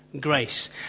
grace